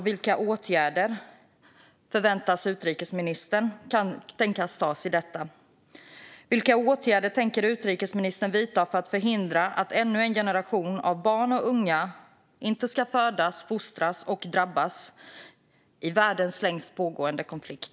Vilka åtgärder tänker utrikesministern vidta för att förhindra att ännu en generation av barn och unga föds, fostras och drabbas av världens längst pågående konflikt?